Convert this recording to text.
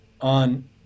on